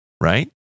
Right